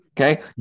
okay